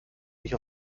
nicht